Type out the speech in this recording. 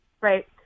right